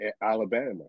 Alabama